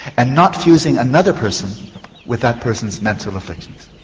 and not fusing another person with that person's mental afflictions.